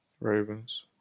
Ravens